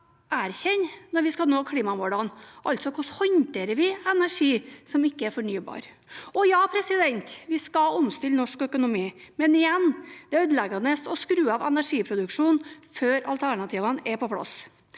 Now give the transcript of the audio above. erkjenne når vi skal nå klimamålene – altså: Hvordan håndterer vi energi som ikke er fornybar? Og ja, vi skal omstille norsk økonomi, men igjen: Det er ødeleggende å skru av energiproduksjonen før alternativene er på plass.